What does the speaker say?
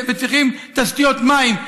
וצריכים תשתיות מים,